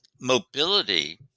mobility